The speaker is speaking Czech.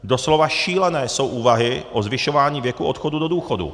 Doslova šílené jsou úvahy o zvyšování věku odchodu do důchodu.